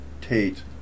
Tate